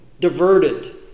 diverted